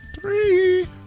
Three